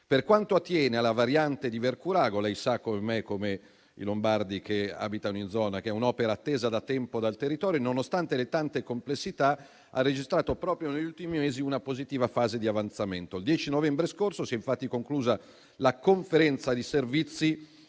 Per quanto attiene la variante di Vercurago, lei sa, come me e come i lombardi che abitano la zona, che è un'opera attesa da tempo dal territorio. Nonostante le tante complessità, ha registrato, proprio negli ultimi mesi, una positiva fase di avanzamento. Il 10 novembre scorso si è infatti conclusa la Conferenza dei servizi